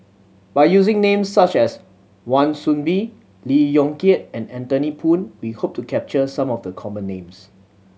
by using names such as Wan Soon Bee Lee Yong Kiat and Anthony Poon we hope to capture some of the common names